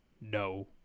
no